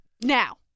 now